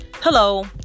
Hello